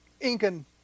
Incan